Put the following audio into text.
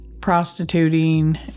prostituting